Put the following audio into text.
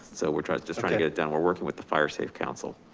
so we're trying to just try and get it done. we're working with the firesafe council.